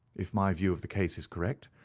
if my view of the case is correct,